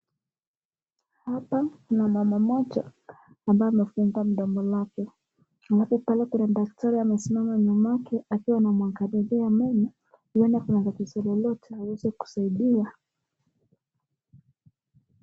Hapa kuna mama mmoja ambaye amefungua mdomo lake , alafu pale kuna daktari amesimama nyumake akiwa anamwangalilia meno huenda kuna tatizo lolote aweze kusaidia.